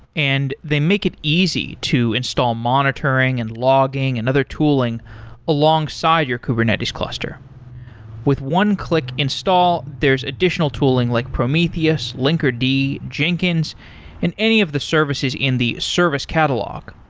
and they make it easy to install monitoring and logging and other tooling alongside your kubernetes cluster with one-click install, there's additional tooling like prometheus, linkerd, jenkins and any of the services in the service catalog.